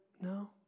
No